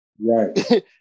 Right